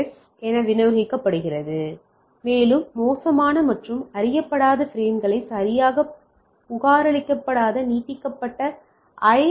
S என விநியோகிக்கப்படுகிறது மேலும் மோசமான மற்றும் அறியப்படாத பிரேம்களை சரியாகப் புகாரளிக்க நீட்டிக்கப்பட்ட ஐ